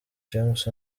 james